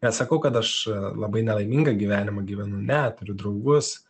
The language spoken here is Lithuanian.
nesakau kad aš labai nelaimingą gyvenimą gyvenu ne turiu draugus